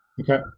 Okay